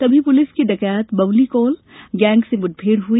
तभी पुलिस की डकैत बबुली कोल गैंग से मुठभेड़ हो गई